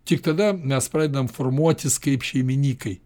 tik tada mes pradedam formuotis kaip šeiminykai